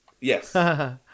Yes